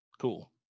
Cool